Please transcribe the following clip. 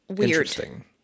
interesting